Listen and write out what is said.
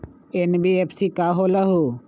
NBFC का होलहु?